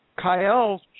Kyle